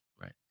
right